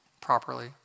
properly